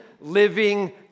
living